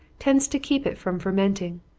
tends to keep it from fermenting.